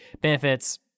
benefits